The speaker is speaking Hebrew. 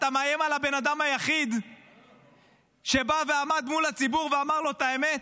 אתה מאיים על הבן אדם היחיד שבא ועמד מול הציבור ואמר לו את האמת?